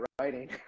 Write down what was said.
writing